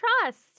trust